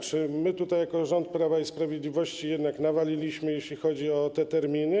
Czy my jako rząd Prawa i Sprawiedliwości jednak nawaliliśmy, jeśli chodzi o te terminy?